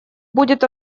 будет